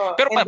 Pero